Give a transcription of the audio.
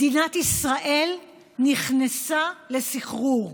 מדינת ישראל נכנסה לסחרור.